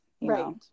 right